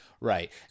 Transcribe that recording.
Right